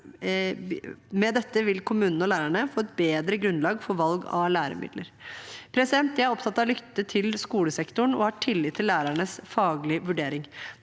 Med dette vil kommunene og lærerne få et bedre grunnlag for valg av læremidler. Jeg er opptatt av å lytte til skolesektoren og har tillit til lærernes faglige vurdering.